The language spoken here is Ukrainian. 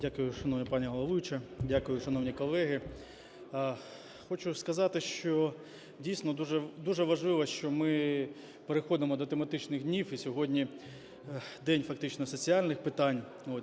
Дякую, шановна пані головуюча, дякую, шановні колеги. Хочу сказати, що, дійсно, дуже важливо, що ми переходимо до тематичних днів і сьогодні день фактично соціальних питань.